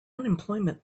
unemployment